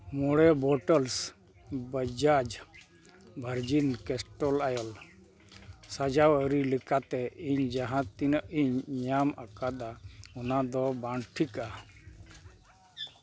ᱢᱚᱬᱮ ᱵᱳᱴᱚᱞᱥ ᱵᱟᱡᱟᱡᱽ ᱵᱷᱟᱨᱡᱤᱱ ᱠᱮᱥᱴᱚᱨ ᱳᱭᱮᱞ ᱥᱟᱡᱟᱣ ᱟᱹᱨᱤ ᱞᱮᱠᱟᱛᱮ ᱤᱧ ᱡᱟᱦᱟᱸ ᱛᱤᱱᱟᱹᱜ ᱤᱧ ᱧᱟᱢ ᱟᱠᱟᱫᱟ ᱚᱱᱟᱫᱚ ᱵᱟᱝ ᱴᱷᱤᱠᱟ